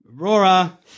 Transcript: Aurora